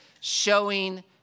showing